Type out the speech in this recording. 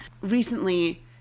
Recently